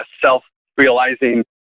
self-realizing